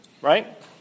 right